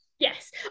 Yes